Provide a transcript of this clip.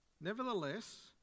Nevertheless